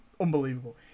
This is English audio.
unbelievable